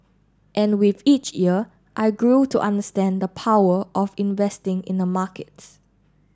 and with each year I grew to understand the power of investing in the markets